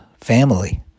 family